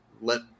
let